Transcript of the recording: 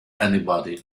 anybody